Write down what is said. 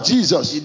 Jesus